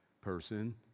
person